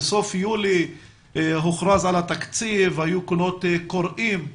אתה אומר שיכול להיות שבסוף יולי הוכרז על התקציב והיו קולות קוראים.